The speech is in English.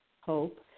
Hope